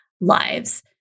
lives